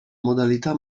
modalità